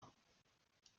nan